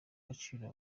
agaciro